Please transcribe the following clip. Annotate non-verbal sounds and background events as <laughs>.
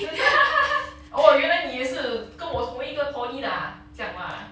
<laughs> orh 原来你也是跟我同一个 poly 的 ah 酱吗